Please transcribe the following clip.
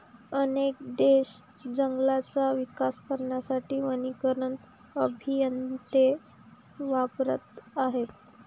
अनेक देश जंगलांचा विकास करण्यासाठी वनीकरण अभियंते वापरत आहेत